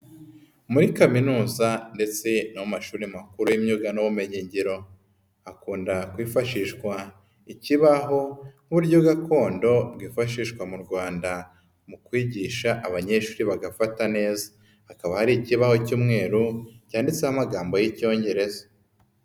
Muri Kaminuza ndetse n'amashuri makuru y'imyuga n'ubumenyi ngiro hakunda kwifashishwa ikibaho nk'uburyo gakondo bwifashishwa mu Rwanda, mu kwigisha abanyeshuri bagafata neza. Hakaba hari ikibaho cy'umweru cyanditseho amagambo y'Icyongereza.